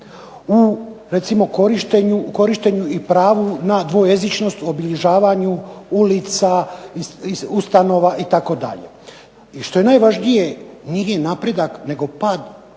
u recimo korištenju i pravu na dvojezičnost u obilježavanju ulica, ustanova itd., i što je najvažnije nije napredak nego pad